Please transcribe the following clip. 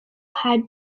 had